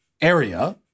area